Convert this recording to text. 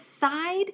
side